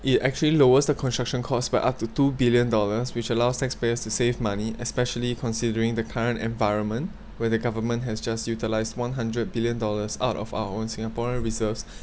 it actually lowers the construction costs by up to two billion dollars which allows taxpayers to save money especially considering the current environment where the government has just utilised one hundred billion dollars out of our own singaporean reserves